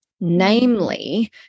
namely